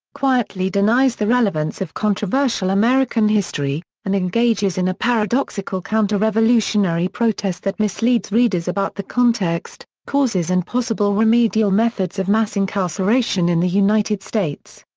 quietly denies the relevance of controversial american history, and engages in a paradoxical counterrevolutionary protest that misleads readers about the context, causes and possible remedial methods of mass-incarceration in in the united states.